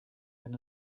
than